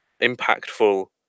impactful